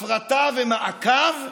הפרטה ומעקב,